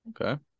Okay